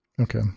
Okay